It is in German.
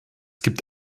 gibt